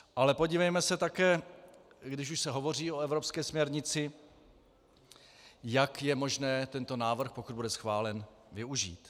Ale podívejme se také, když už se hovoří o evropské směrnici, jak je možné tento návrh, pokud bude schválen, využít.